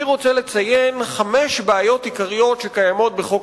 אני רוצה לציין כמה בעיות עיקריות שקיימות בחוק